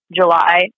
July